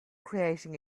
creating